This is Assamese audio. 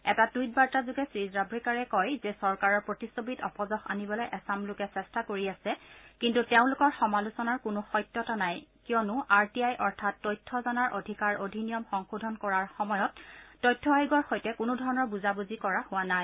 এটা টুইট বাৰ্তাযোগে শ্ৰীজাভড়েকাৰে কয় যে চৰকাৰৰ প্ৰতিচ্ছবিত অপযশ আনিবলৈ এচাম লোকে চেষ্টা কৰি আছে কিন্তু তেওঁলোকৰ সমালোচনাৰ কোনো সত্যতা নাই কিয়নো আৰ টি আই অৰ্থাৎ তথ্য জনাৰ অধিকাৰ অধিনিয়ম সংশোধন কৰাৰ সময়ত তথ্য আয়োগৰ সৈতে কোনো ধৰণৰ বুজাবুজি কৰা হোৱা নাই